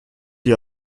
ihr